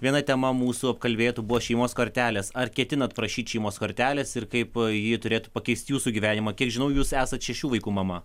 viena tema mūsų apkalbėtų buvo šeimos kortelės ar ketinat prašyt šeimos kortelės ir kaip ji turėtų pakeisti jūsų gyvenimą kiek žinau jūs esat šešių vaikų mama